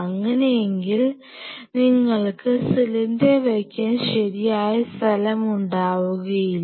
അങ്ങനെയെങ്കിൽ നിങ്ങൾക്ക് സിലിണ്ടർ വെക്കാൻ ശരിയായ സ്ഥലം ഉണ്ടാവുകയില്ല